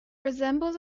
resembles